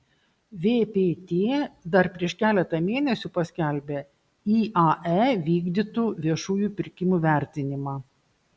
vpt dar prieš keletą mėnesių paskelbė iae vykdytų viešųjų pirkimų vertinimą